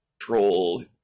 ...troll